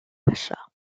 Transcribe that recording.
pacha